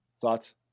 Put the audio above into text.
Thoughts